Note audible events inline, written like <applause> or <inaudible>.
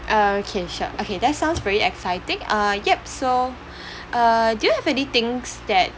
uh okay sure okay that sounds very exciting uh yup so <breath> uh do you have any things that